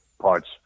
parts